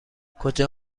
کجا